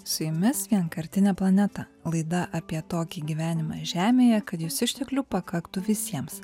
su jumis vienkartinė planeta laida apie tokį gyvenimą žemėje kad jos išteklių pakaktų visiems